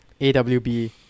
AWB